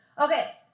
Okay